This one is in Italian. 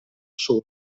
solo